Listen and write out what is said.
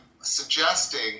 suggesting